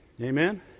Amen